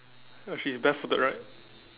uh she's barefooted right